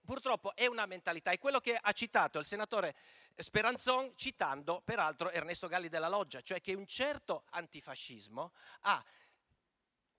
Purtroppo è una mentalità, è quello che diceva il senatore Speranzon, citando Ernesto Galli della Loggia, cioè che un certo antifascismo ha